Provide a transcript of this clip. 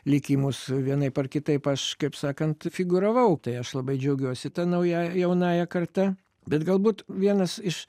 likimus vienaip ar kitaip aš kaip sakant figūravau tai aš labai džiaugiuosi ta nauja jaunąja karta bet galbūt vienas iš